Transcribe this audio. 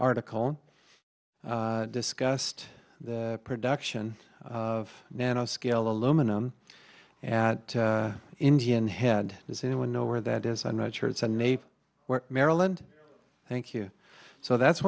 article discussed the production of nano scale aluminum at indian head does anyone know where that is i'm not sure it's a name maryland thank you so that's